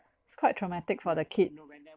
it's quite traumatic for the kids